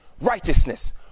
righteousness